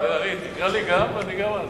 בן-ארי, תקרא גם לי, גם אני אעלה.